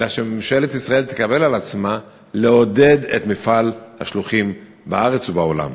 אלא שממשלת ישראל תקבל על עצמה לעודד את מפעל השלוחים בארץ ובעולם.